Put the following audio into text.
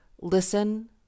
listen